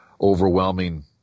overwhelming